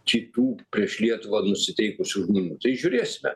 kitų prieš lietuvą nusiteikusių žmonių tai žiūrėsime